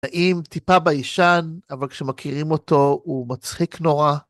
נעים טיפה בישן, אבל כשמכירים אותו הוא מצחיק נורא.